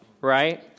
right